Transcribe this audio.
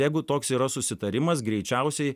jeigu toks yra susitarimas greičiausiai